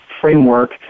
framework